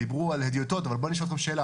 דיברו על הדיוטות אבל בואו אני אשאל אתכם שאלה.